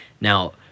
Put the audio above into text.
Now